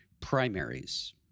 Primaries